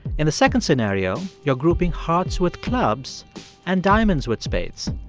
in the second scenario, you're grouping hearts with clubs and diamonds with spades.